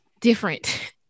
different